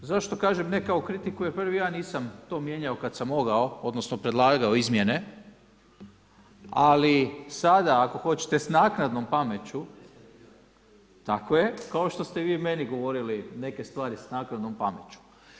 Zašto kažem ne kao kritiku jer prvi ja nisam to mijenjao kad sam mogao odnosno predlagao izmjene, ali sada ako hoćete, s naknadnom pameću, tako je, kao što ste vi meni govorili neke stvari s naknadnom pameću.